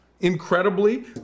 incredibly